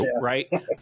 right